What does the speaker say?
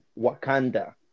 Wakanda